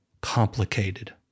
complicated